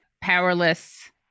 powerless